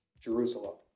Jerusalem